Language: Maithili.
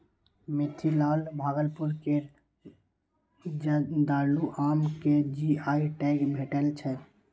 मिथिलाक भागलपुर केर जर्दालु आम केँ जी.आई टैग भेटल छै